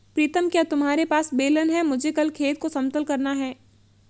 प्रीतम क्या तुम्हारे पास बेलन है मुझे कल खेत को समतल करना है?